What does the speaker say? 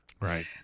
Right